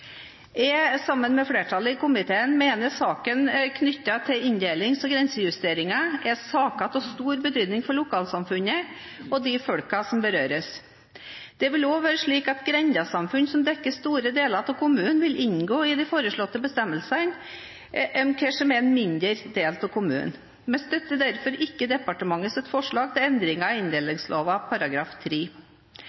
Jeg, sammen med flertallet i komiteen, mener saker knyttet til inndelings- og grensejusteringer er saker av stor betydning for lokalsamfunnet og de folkene som berøres. Det vil også være slik at grendesamfunn som dekker store deler av kommunen, vil inngå i de foreslåtte bestemmelsene om hva som er en mindre del av kommunen. Vi støtter derfor ikke departementets forslag til endringer i